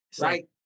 Right